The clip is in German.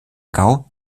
gau